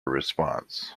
response